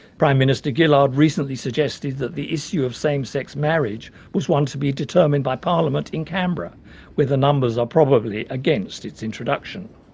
prime minister gillard recently suggest that the issue of same sex marriage was one to be determined by parliament in canberra where the numbers are probably against its introduction,